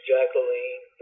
Jacqueline